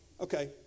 Okay